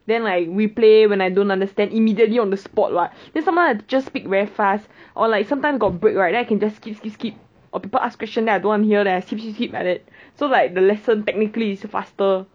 then like replay when I don't understand and immediately on the spot what sometimes the teacher speak very fast or like sometimes got break right then I can just skip skip skip or people ask question then I don't want to hear then I skip skip skip like that so like the lesson technically is faster